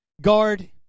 guard